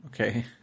Okay